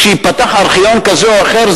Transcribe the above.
כשייפתח ארכיון כזה או אחר,